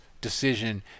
decision